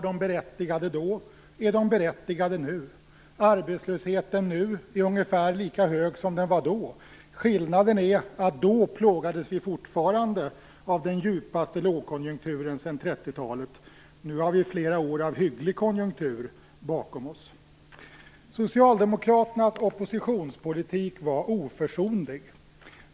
Om de var berättigade då är de berättigade nu. Arbetslösheten nu är ungefär lika hög som den var då. Skillnaden är att vi då fortfarande plågades av den djupaste lågkonjunkturen sedan 1930-talet. Nu har vi flera år av hygglig konjunktur bakom oss. Socialdemokraternas oppositionspolitik var oförsonlig.